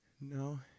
No